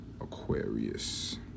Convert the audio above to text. Aquarius